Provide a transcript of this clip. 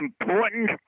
important